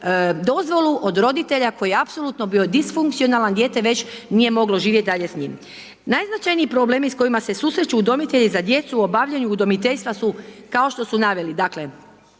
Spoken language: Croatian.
dozvolu od roditelja koji je apsolutno bio disfunkcionalan, dijete već nije moglo dalje živjet s njim. Najznačajniji problemi s kojima se susreću udomitelji sa djecu u obavljaju udomiteljstva su kao što su naveli, dakle,